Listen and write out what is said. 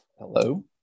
Hello